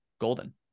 golden